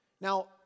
Now